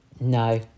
no